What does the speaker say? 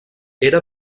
era